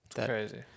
Crazy